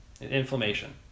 inflammation